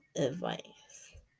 advice